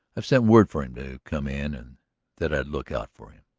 have sent word for him to come in and that i'd look out for him.